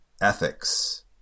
ethics